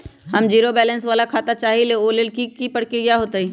हम zero balance वाला खाता चाहइले वो लेल की की प्रक्रिया होतई?